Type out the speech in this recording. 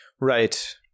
Right